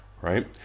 right